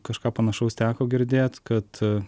kažką panašaus teko girdėt kad